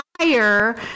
higher